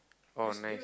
oh nice